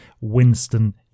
Winston